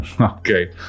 okay